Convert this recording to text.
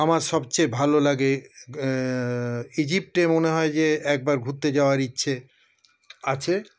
আমার সবচেয়ে ভালো লাগে ইজিপ্টে মনে হয় যে একবার ঘুরতে যাওয়ার ইচ্ছে আছে